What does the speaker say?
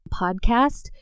Podcast